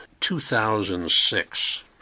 2006